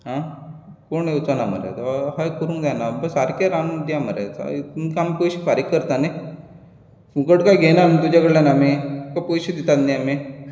आह कोण येवचो ना मरे अहें करूंक जायना सारकें रांदून दिया मरे तुमकां आमी पयशे फारीक करतात न्ही फुकट काय घेयना न्ही तुजे कडल्यान आमी तुमकां पयशे दितात न्ही आमी